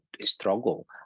struggle